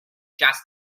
just